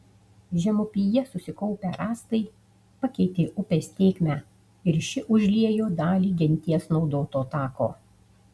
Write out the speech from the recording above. žemupyje susikaupę rąstai pakeitė upės tėkmę ir ši užliejo dalį genties naudoto tako